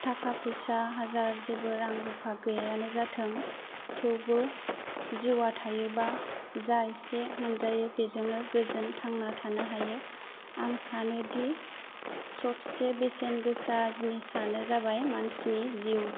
थाखा फैसा हाजार जेबो रां रुफा गैयायानो जाथों थेवबो जिवा थायोबा जा एसे मोनजायो बेजोंनो गोजोन थांना थानो हायो आं सानोदि सबसे बेसेनगोसा जिनिसानो जाबाय मानसिनि जिउ